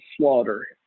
slaughter